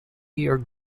year